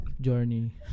journey